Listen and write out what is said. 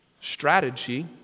strategy